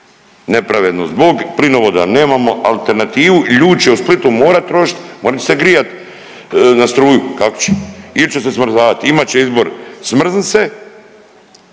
nepravedno zbog plinovoda, nemamo alternativu. Ljudi će u Splitu morati trošiti, morat će se grijat na struju. Kako će ili će se smrzavati? Imat će izbor smrznut se